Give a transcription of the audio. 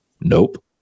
Nope